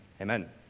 Amen